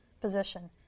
position